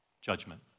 judgment